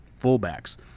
fullbacks